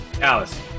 Alice